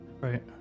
Right